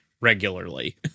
regularly